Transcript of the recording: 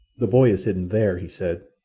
the boy is hidden there, he said.